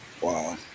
Wow